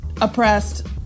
oppressed